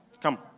Come